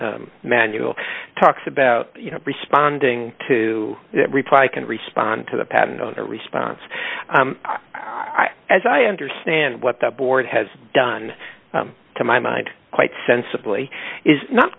manual talks about you know responding to reply i can respond to the patent on a response i as i understand what the board has done to my mind quite sensibly is not